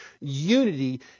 Unity